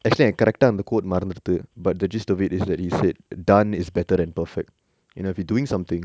actually எனக்கு:enaku correct ah அந்த:antha code மறந்துருது:maranthuruthu but the gist of it is that he said done is better than perfect you know if you doing something